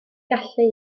gallu